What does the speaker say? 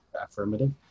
affirmative